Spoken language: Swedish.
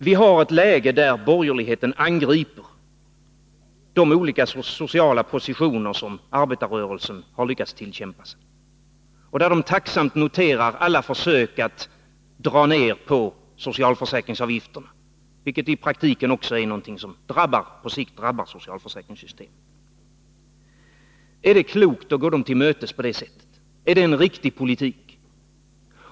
Vi har ett läge där borgerligheten angriper de olika sociala positioner som arbetarrörelsen har lyckats tillkämpa sig, och där de tacksamt noterar alla försök att dra ned på socialförsäkringsavgifterna, vilket i praktiken är något som på sikt drabbar socialförsäkringssystemet. Är det klokt att gå borgerligheten till mötes på detta sätt? Är det en riktig politik?